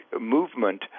movement